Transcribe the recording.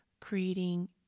creating